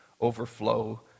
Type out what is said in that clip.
overflow